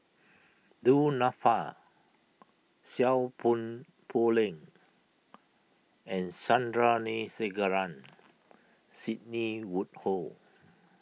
Du Nanfa Seow Poh Leng and Sandrasegaran Sidney Woodhull